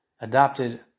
adopted